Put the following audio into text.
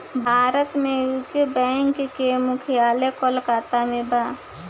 भारत में UCO bank के मुख्यालय कोलकाता में बा